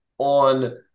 on